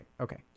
Okay